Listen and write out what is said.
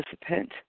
participant